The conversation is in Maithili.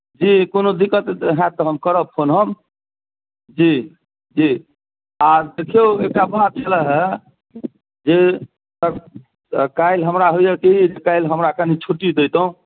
जी कोनो दिक्कत हेतै हैत तऽ करब फोन हम जी जी आ देखियौ एकटा बात छलए हेँ जे काल्हि हमरा होइए की काल्हि हमरा कनि छुट्टी दैतहुँ